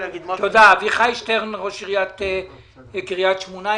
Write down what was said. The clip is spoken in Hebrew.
אביחי שטרן, ראש עיריית קריית שמונה.